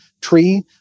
tree